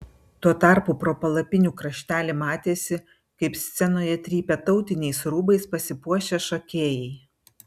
tuo tarpu pro palapinių kraštelį matėsi kaip scenoje trypia tautiniais rūbais pasipuošę šokėjai